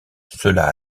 cela